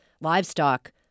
livestock